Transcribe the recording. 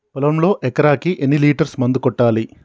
పొలంలో ఎకరాకి ఎన్ని లీటర్స్ మందు కొట్టాలి?